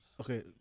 Okay